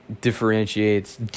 Differentiates